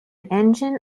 engine